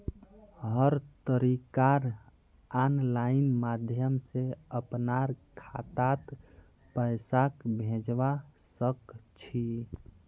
हर तरीकार आनलाइन माध्यम से अपनार खातात पैसाक भेजवा सकछी